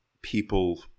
people